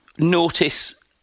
notice